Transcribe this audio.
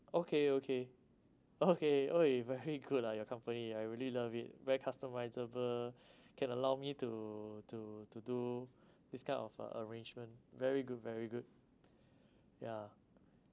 okay okay okay okay very good ah your company I really love it very customisable can allow me to to to do this kind of uh arrangement very good very good ya